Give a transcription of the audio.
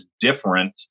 different